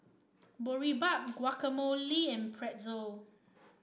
Boribap Guacamole and Pretzel